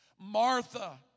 Martha